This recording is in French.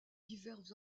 diverses